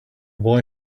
boy